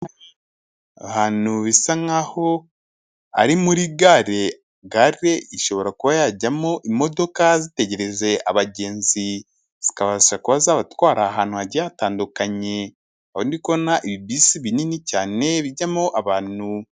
Ahantu bisa nk'aho ari muri gare, gare ishobora kuba yajyamo imodoka zitegereje abagenzi, zikabasha kuba zabatwara ahantu hagiye hatandukanye, aho ndi kubona ibi bisi binini cyane bijyamo abantu.